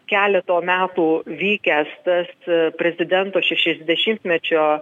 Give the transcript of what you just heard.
keleto metų vykęs tas prezidento šešiasdešimtmečio